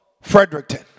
Fredericton